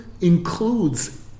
includes